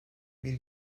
bir